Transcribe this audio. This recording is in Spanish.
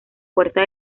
puerta